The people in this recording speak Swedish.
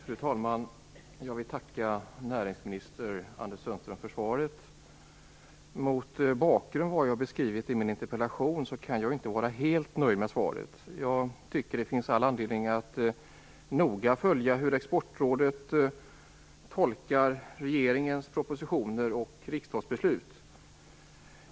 Fru talman! Jag vill tacka näringsminister Anders Mot bakgrund av vad jag har beskrivit i min interpellation kan jag inte vara helt nöjd med svaret. Jag tycker att det finns all anledning att noga följa hur Exportrådet tolkar regeringens propositioner och riksdagens beslut.